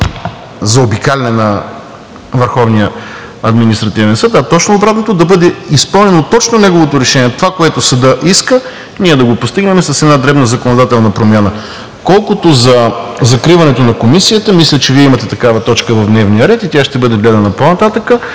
заобикаляне на Върховния административен съд, а точно обратното – да бъде изпълнено точно неговото решение. Това, което съдът иска, ние да го постигнем с една дребна законодателна промяна. Колкото до закриването на Комисията, мисля, че Вие имате такава точка в дневния ред и тя ще бъде гледана по-нататък.